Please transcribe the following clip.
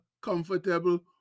comfortable